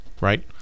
Right